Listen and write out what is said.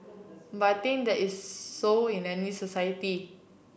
but I think that is so in any society